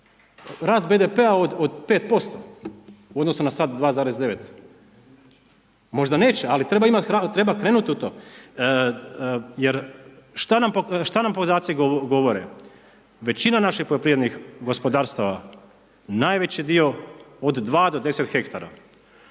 rad BDP-a od 5% u odnosu na sad 2,9. Možda neće ali treba krenuti u to. Jer šta nam podaci govore? Većina naših poljoprivrednih gospodarstava, najveći dio od 2-10 hektara.